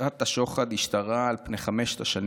לקיחת השוחד השתרעה על פני כל חמש השנים